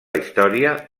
història